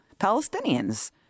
Palestinians